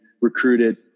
recruited